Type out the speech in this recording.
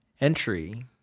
entry